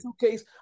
suitcase